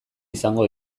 izango